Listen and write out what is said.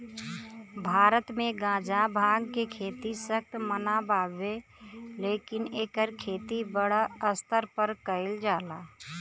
भारत मे गांजा, भांग के खेती सख्त मना बावे लेकिन एकर खेती बड़ स्तर पर कइल जाता